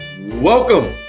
Welcome